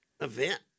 event